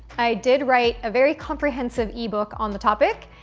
i did write a very comprehensive ebook on the topic.